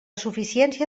suficiència